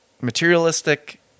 materialistic